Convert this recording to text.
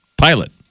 Pilot